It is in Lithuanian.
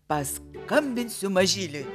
paskambinsiu mažyliui